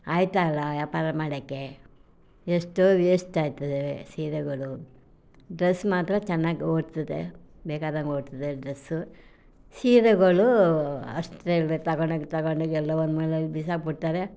ಆಯಿತಲ್ಲ ವ್ಯಾಪಾರ ಮಾಡೋಕ್ಕೆ ಎಷ್ಟು ವೇಸ್ಟ್ ಆಯ್ತದೆ ಸೀರೆಗಳು ಡ್ರೆಸ್ ಮಾತ್ರ ಚೆನ್ನಾಗಿ ಓಡ್ತದೆ ಬೇಕಾದಾಗ ಓಡ್ತದೆ ಡ್ರೆಸ್ಸು ಸೀರೆಗಳು ಅಷ್ಟು ಎಲ್ಲ ತಗೊಂಡು ಹೋಗಿ ತಗೊಂಡು ಹೋಗಿ ಎಲ್ಲೋ ಒಂದು ಮೂಲೇಲಿ ಬಿಸಾಕಿ ಬಿಡ್ತಾರೆ